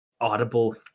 audible